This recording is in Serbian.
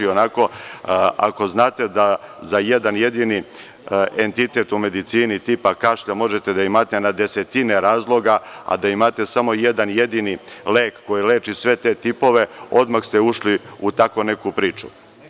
Ako znate za jedan jedini entitet u medicini tipa kašlja, možete da imate na desetine razloga, a da imate samo jedan jedini lek koji leči sve te tipove, odmah ste ušli u takvu neku priču.